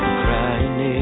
crying